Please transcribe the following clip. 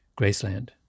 Graceland